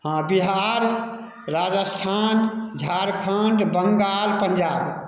हँ बिहार राजस्थान झारखंड बंगाल पंजाब